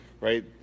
Right